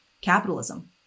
capitalism